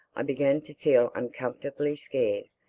i began to feel uncomfortably scared.